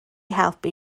helpu